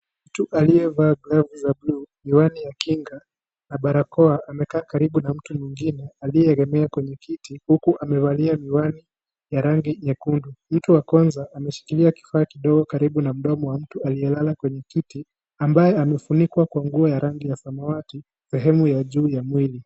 Mtu aliyevaa glavu za bluu , miwani ya kinga na barakoa amekaa karibu na mtu aliyeegemea kwenye kiti huku amevalia miwani ya rangi nyekundu . Mtu wa kwanza ameshikilia kifaa kidogo karibu na mdomo wa mtu aliyelala kwenye kiti ambaye amefunikwa kwa nguo ya rangi ya samawati sehemu ya juu ya mwili.